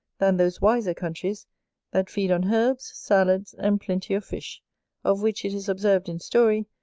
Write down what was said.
than those wiser countries that feed on herbs, salads, and plenty of fish of which it is observed in story,